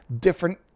different